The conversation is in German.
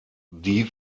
die